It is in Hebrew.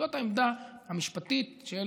זאת העמדה המשפטית של